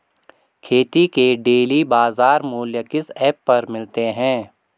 खेती के डेली बाज़ार मूल्य किस ऐप पर मिलते हैं?